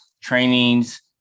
trainings